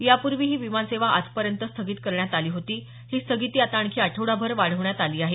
यापूर्वी ही विमानसेवा आजपर्यंत स्थगित करण्यात आली होती ही स्थगिती आता आणखी आठवडाभर वाढवण्यात आली आहे